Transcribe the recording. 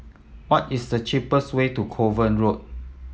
what is the cheapest way to Kovan Road